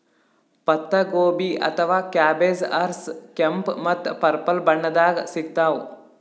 ಪತ್ತಾಗೋಬಿ ಅಥವಾ ಕ್ಯಾಬೆಜ್ ಹಸ್ರ್, ಕೆಂಪ್ ಮತ್ತ್ ಪರ್ಪಲ್ ಬಣ್ಣದಾಗ್ ಸಿಗ್ತಾವ್